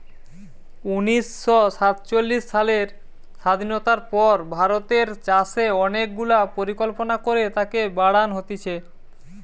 উনিশ শ সাতচল্লিশ সালের স্বাধীনতার পর ভারতের চাষে অনেক গুলা পরিকল্পনা করে তাকে বাড়ান হতিছে